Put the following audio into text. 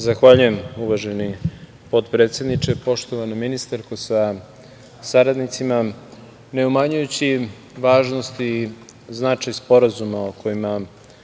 Zahvaljujem. Uvaženi potpredsedniče, poštovana ministarka sa saradnicima, ne umanjujući važnost i značaj sporazuma o kojima